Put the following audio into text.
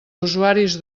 usuaris